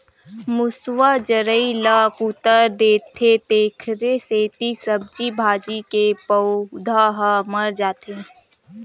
मूसवा जरई ल कुतर देथे तेखरे सेती सब्जी भाजी के पउधा ह मर जाथे